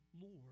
Lord